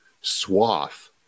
swath